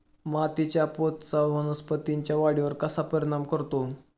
मातीच्या पोतचा वनस्पतींच्या वाढीवर कसा परिणाम करतो?